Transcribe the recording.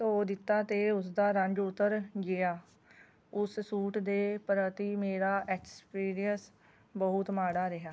ਧੋ ਦਿੱਤਾ ਅਤੇ ਉਸਦਾ ਰੰਗ ਉੱਤਰ ਗਿਆ ਉਸ ਸੂਟ ਦੇ ਪ੍ਰਤੀ ਮੇਰਾ ਐਕਸਪੀਰੀਐਂਸ ਬਹੁਤ ਮਾੜਾ ਰਿਹਾ